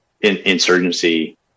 insurgency